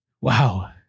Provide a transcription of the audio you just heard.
Wow